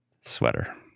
sweater